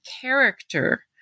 character